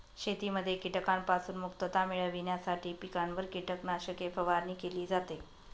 शेतीमध्ये कीटकांपासून मुक्तता मिळविण्यासाठी पिकांवर कीटकनाशके फवारणी केली जाते